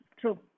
True